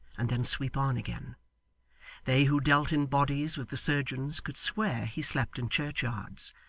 and then sweep on again they who dealt in bodies with the surgeons could swear he slept in churchyards,